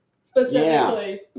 specifically